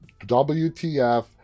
WTF